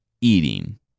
Eating